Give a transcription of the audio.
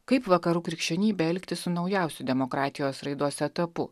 kaip vakarų krikščionybei elgtis su naujausiu demokratijos raidos etapu